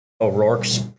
O'Rourke's